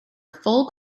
full